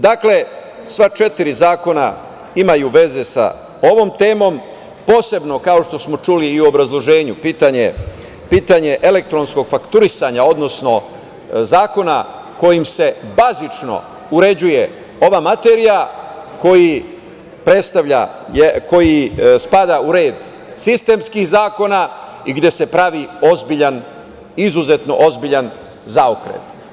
Dakle, sva četiri zakona imaju veze sa ovom temom, posebno, kao što smo čuli i u obrazloženju, pitanje elektronskog fakturisanja, odnosno zakona kojim se bazično uređuje ova materija, koji spada u red sistemskih zakona i gde se pravi izuzetno ozbiljan zaokret.